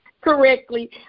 correctly